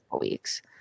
weeks